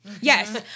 Yes